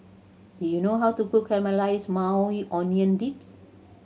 do you know how to cook Caramelized Maui Onion Dips